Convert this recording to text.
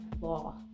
law